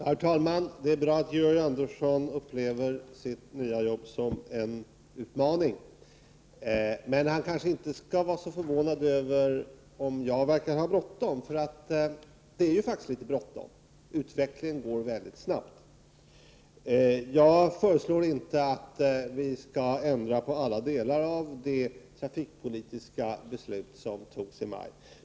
Herr talman! Det är bra att Georg Andersson upplever sitt nya jobb som en utmaning. Men han kanske inte skall vara så förvånad över att jag verkar ha bråttom, för det är faktiskt bråttom. Utvecklingen går väldigt snabbt. Jag föreslår inte att vi skall ändra på alla delar av det trafikpolitiska beslut som fattades i maj.